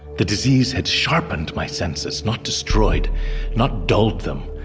the disease had sharpened my senses not destroyed not dulled them.